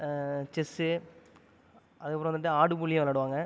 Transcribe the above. chess அதுக்கப்பறம் வந்து ஆடுபுலியும் விளாடுவாங்க